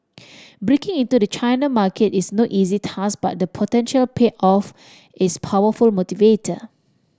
breaking into the China market is no easy task but the potential payoff is powerful motivator